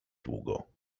długo